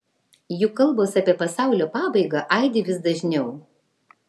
juk kalbos apie pasaulio pabaigą aidi vis dažniau